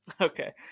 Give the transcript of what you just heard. okay